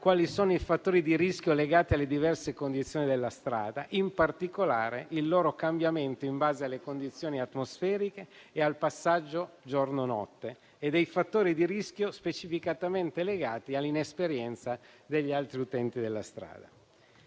quali sono i fattori di rischio legati alle diverse condizioni della strada, in particolare il loro cambiamento in base alle condizioni atmosferiche e al passaggio giorno-notte e dei fattori di rischio specificatamente legati all'inesperienza degli altri utenti della strada.